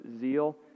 zeal